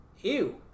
ew